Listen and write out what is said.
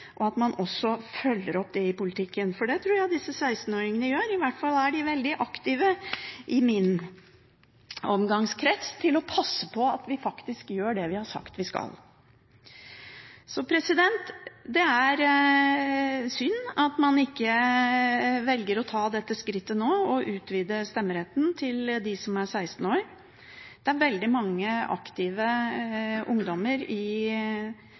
og at man også følger opp det i politikken, for det tror jeg disse 16-åringene gjør. I hvert fall er de veldig aktive i min omgangskrets til å passe på at vi faktisk gjør det vi har sagt vi skal gjøre. Det er synd at man ikke velger å ta det skrittet nå å utvide stemmeretten til de som er 16 år. Det er veldig mange aktive ungdommer i